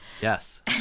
Yes